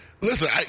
Listen